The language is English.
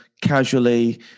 casually